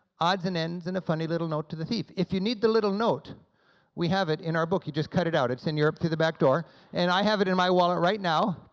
odds and ends, and a funny little note to the thief. if you need the little note we have it in our book, you just cut it out. it's in europe through the back door and i have it in my wallet right now,